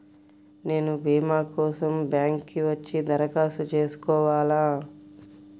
నేను భీమా కోసం బ్యాంక్కి వచ్చి దరఖాస్తు చేసుకోవాలా?